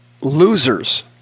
losers